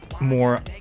More